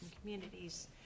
communities